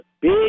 big